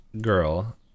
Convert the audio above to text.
girl